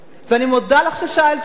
ואני מודה לך ששאלת אותי.